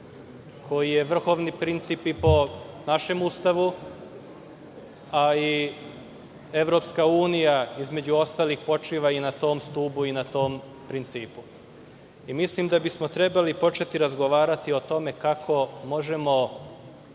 koji je vrhovni princip i po našem Ustavu, a i EU, između ostalog počiva i na to m stubu i na tom principu. Mislim da bi smo trebali početi razgovarati o tome kako možemo